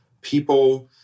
People